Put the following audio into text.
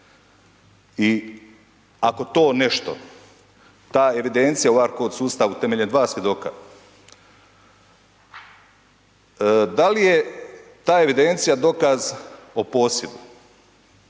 i ako to nešto ta evidencija u ARKOD sustavu temeljem dva svjedoka, da li je ta evidencija dokaz o posjedu